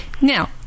Now